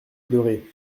pleuré